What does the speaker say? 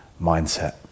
mindset